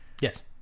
Yes